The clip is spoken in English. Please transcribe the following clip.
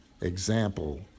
example